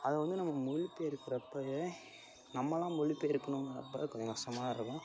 அது வந்து நம்ம மொழிபெயர்க்கிறப்பையே நம்ம தான் மொழிபெயர்க்கணுங்கிறப்போ கொஞ்சம் கஷ்டமாக இருக்கும்